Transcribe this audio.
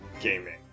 gaming